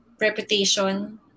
Reputation